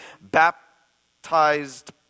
baptized